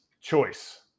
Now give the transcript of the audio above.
choice